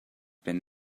been